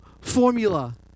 formula